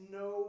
no